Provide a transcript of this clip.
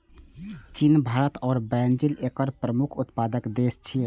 चीन, भारत आ ब्राजील एकर प्रमुख उत्पादक देश छियै